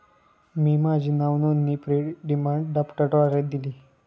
मी माझी नावनोंदणी fee demand ड्राफ्टद्वारे दिली